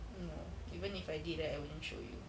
mm no even if I did right I wouldn't show you